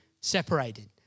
separated